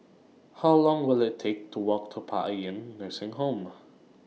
How Long Will IT Take to Walk to Paean Nursing Home